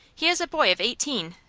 he is a boy of eighteen,